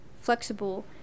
flexible